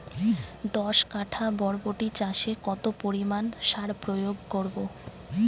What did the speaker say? দশ কাঠা বরবটি চাষে কত পরিমাণ সার প্রয়োগ করব?